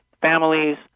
families